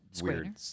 weird